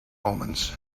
omens